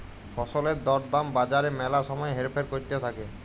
ফসলের দর দাম বাজারে ম্যালা সময় হেরফের ক্যরতে থাক্যে